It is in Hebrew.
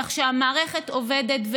כך שהמערכת עובדת,